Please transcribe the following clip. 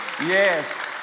Yes